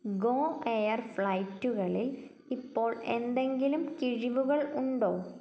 go Air ഫ്ലൈറ്റുകളിൽ ഇപ്പോൾ എന്തെങ്കിലും കിഴിവുകൾ ഉണ്ടോ